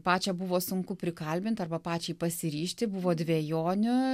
pačią buvo sunku prikalbint arba pačiai pasiryžti buvo dvejonių